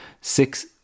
six